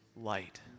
light